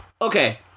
okay